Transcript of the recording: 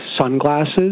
sunglasses